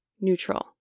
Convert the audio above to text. neutral